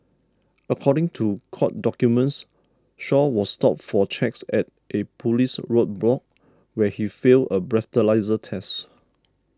according to court documents Shaw was stopped for checks at a police roadblock where he failed a breathalyser test